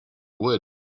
would